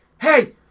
hey